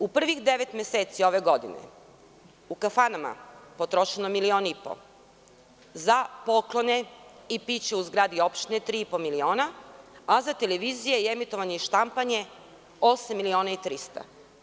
U prvih devet meseci ove godine, u kafanama je potrošeno milion i po za poklone i piće u zgradi opštine tri i po miliona, a za televizije i emitovanje i štampanje osam miliona i 300 hiljada.